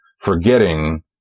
forgetting